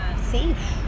safe